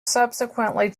subsequently